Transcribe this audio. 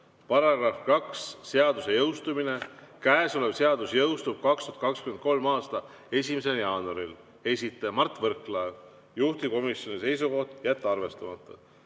"§2. Seaduse jõustumine. Käesolev seadus jõustub 2023. aasta 1. jaanuaril."" Esitaja Mart Võrklaev, juhtivkomisjoni seisukoht: jätta arvestamata.